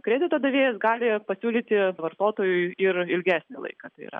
kredito davėjas gali pasiūlyti vartotojui ir ilgesnį laiką tai yra